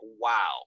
wow